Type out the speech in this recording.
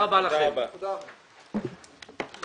הישיבה ננעלה בשעה 13:01.